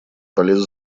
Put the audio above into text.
полез